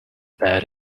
bared